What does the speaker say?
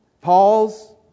Paul's